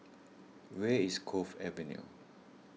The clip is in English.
where is Cove Avenue